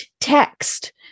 text